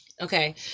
Okay